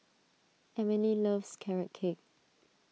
Emile loves Carrot Cake